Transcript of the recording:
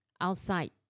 outside